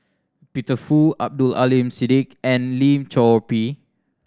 Peter Fu Abdul Aleem Siddique and Lim Chor Pee